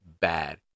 bad